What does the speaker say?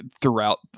throughout